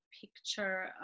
picture